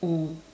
mm